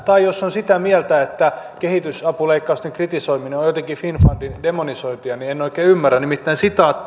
tai jos on sitä mieltä että kehitysapuleikkausten kritisoiminen on on jotenkin finnfundin demonisointia niin en oikein ymmärrä nimittäin